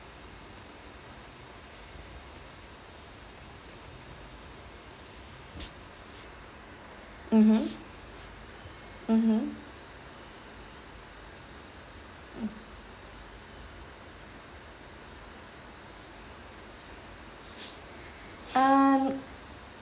mmhmm mmhmm mm um